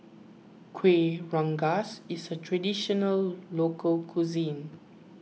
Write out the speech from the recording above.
Kuih Rengas is a Traditional Local Cuisine